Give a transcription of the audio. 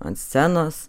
ant scenos